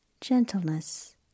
gentleness